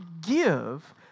give